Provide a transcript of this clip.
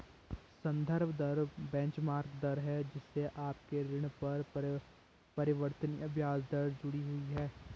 संदर्भ दर बेंचमार्क दर है जिससे आपके ऋण पर परिवर्तनीय ब्याज दर जुड़ी हुई है